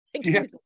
Yes